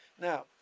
Now